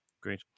Great